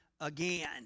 again